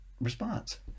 response